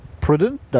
prudent